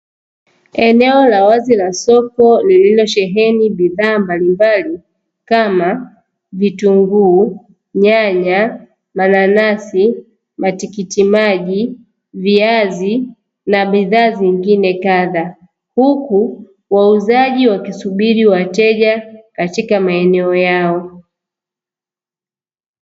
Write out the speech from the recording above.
Eneo la wazi la soko lililosheheni bidhaa mbalimbali, kama vitunguu, nyanya, mananasi, matikiti maji, viazi na bidhaa zingine kadha, huku wauzaji wakisubiri wateja katika maeneo yao.